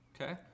Okay